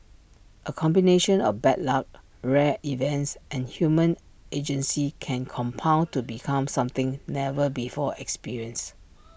A combination of bad luck rare events and human agency can compound to become something never before experienced